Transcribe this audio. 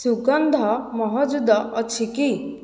ସୁଗନ୍ଧ ମହଜୁଦ ଅଛି କି